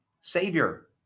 Savior